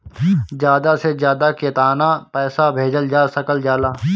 ज्यादा से ज्यादा केताना पैसा भेजल जा सकल जाला?